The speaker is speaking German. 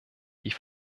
die